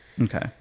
okay